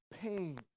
pain